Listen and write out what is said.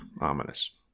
Ominous